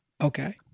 Okay